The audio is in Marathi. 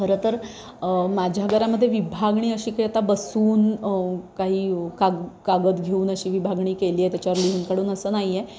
खरं तर माझ्या घरामध्ये विभागणी अशी की आता बसून काही काग कागद घेऊन अशी विभागणी केली आहे त्याच्यावर लिहून काढून असं नाही आहे